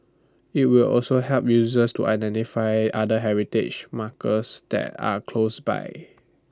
IT will also help users to identify other heritage markers that are close by